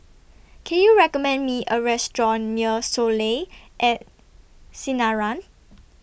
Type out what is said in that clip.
Can YOU recommend Me A Restaurant near Soleil At Sinaran